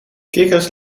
kikkers